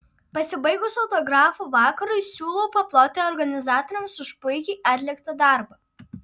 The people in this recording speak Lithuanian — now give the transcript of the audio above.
pasibaigus autografų vakarui siūlau paploti organizatoriams už puikiai atliktą darbą